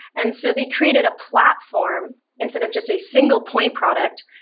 and so they created a platform instead of just a single point product,